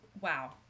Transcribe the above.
wow